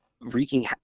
wreaking